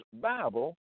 Bible